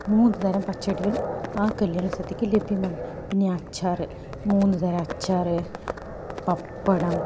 മൂന്നുതരം പച്ചടികളും ആ കല്യാണസദ്യക്ക് ലഭ്യമാണ് പിന്നെ അച്ചാർ മൂന്നു തരം അച്ചാർ പപ്പടം